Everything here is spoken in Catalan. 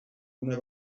una